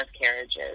miscarriages